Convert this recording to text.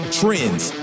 trends